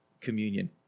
communion